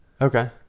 Okay